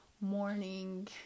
morning